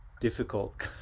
difficult